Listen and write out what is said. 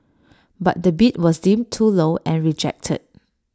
but the bid was deemed too low and rejected